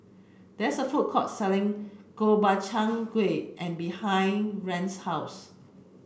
there is a food court selling Gobchang Gui behind Rance's house